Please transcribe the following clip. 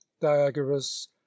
Diagoras